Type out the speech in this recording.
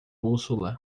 bússola